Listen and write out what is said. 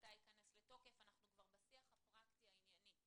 מתי ייכנס לתוקף אנחנו כבר בשיח הפרקטי הענייני,